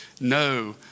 No